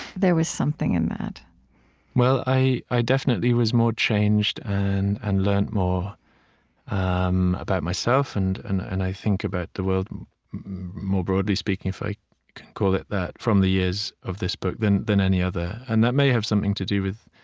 there was something in that well, i i definitely was more changed and and learned more um about myself and, and and i think, about the world more broadly speaking, if i can call it that, from the years of this book than than any other. and that may have something to do with